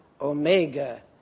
Omega